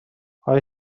آیا